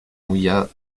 mouilla